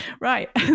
Right